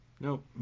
Nope